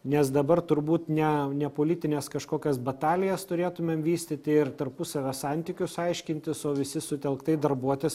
nes dabar turbūt ne ne politines kažkokias batalijas turėtumėm vystyti ir tarpusavio santykius aiškintis o visi sutelktai darbuotis